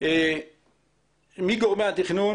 מגורמי התכנון